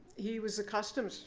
he was a customs